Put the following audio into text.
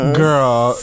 girl